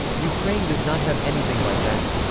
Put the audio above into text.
ukraine does not have anything like that.